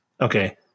okay